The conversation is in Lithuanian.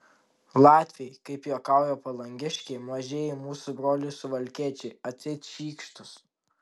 latviai kaip juokauja palangiškiai mažieji mūsų broliai suvalkiečiai atseit šykštūs